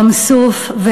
ים סוף,